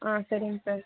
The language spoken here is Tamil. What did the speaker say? ஆ சரிங்க சார்